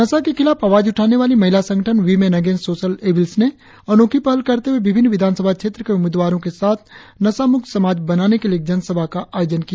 नशा के खिलाफ आवाज उठाने वाली महिला संगठन वीमेन अगेंस्ट सोसल एविल्स ने अनोखी पहल करते हुए विभिन्न विधानसभा क्षेत्र के उम्मीदवारों के साथ नशा मुक्त समाज बनाने के लिए एक सभा का आयोजन किया